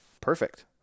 Perfect